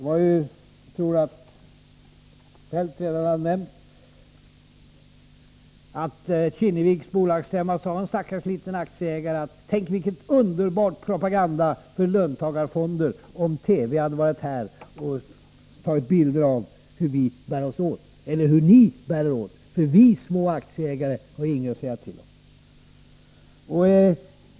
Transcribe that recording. Jag tror att Kjell-Olof Feldt redan nämnt att en stackars liten aktieägare på Kinneviks bolagsstämma sade: Tänk vilken underbar propaganda för löntagarfonder det skulle ha varit, om TV hade varit här och tagit bilder av hur vi eller, rättare sagt, ni bär er åt, för vi små aktieägare har ju ingenting att säga till om.